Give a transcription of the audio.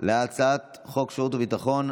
על הצעת חוק שירות הביטחון.